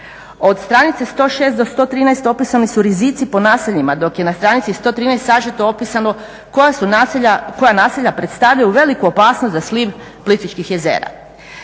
od stranice 106-113 opisani su rizici po naseljima dok je na stranici 113 sažeto opisano koja naselja predstavljaju veliku opasnost za sliv Plitvičkih jezera.